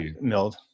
milled